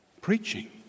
Preaching